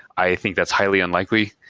i think that's highly unlikely,